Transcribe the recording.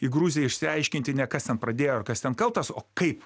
į gruziją išsiaiškinti kas ten pradėjo ar kas ten kaltas o kaip